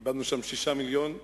איבדנו שם שישה מיליונים,